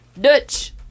Dutch